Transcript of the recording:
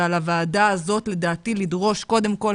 ועל הוועדה הזאת לדעתי לדרוש קודם כל,